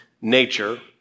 nature